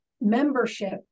membership